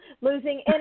losing